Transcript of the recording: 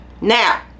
Now